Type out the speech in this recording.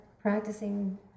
practicing